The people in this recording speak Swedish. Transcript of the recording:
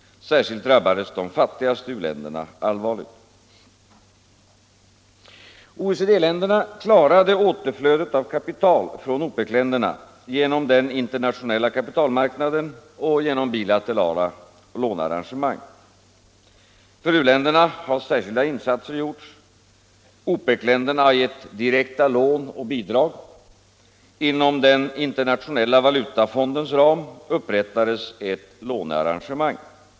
Särskilt drabbades de fattigaste u-länderna allvarligt. OECD-länderna klarade återflödet av kapital från OPEC-länderna genom den internationella kapitalmarknaden och genom bilaterala lånearrangemang. För u-länderna har särskilda insatser gjorts. OPEC-länderna har gett direkta lån och bidrag. Inom den internationella valutafondens ram upprättades ett lånearrangemang.